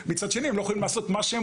ומצד שני הם לא יכולים לעשות מה שהם